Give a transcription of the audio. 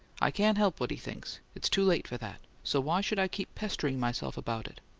i can't help what he thinks it's too late for that. so why should i keep pestering myself about it?